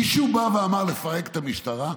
מישהו בא ואמר: לפרק את המשטרה?